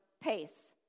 pace